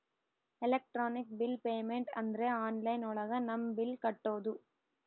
electronic bill payment ಅಂದ್ರೆ online ಒಳಗ ನಮ್ ಬಿಲ್ ಕಟ್ಟೋದು